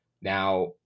now